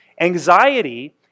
Anxiety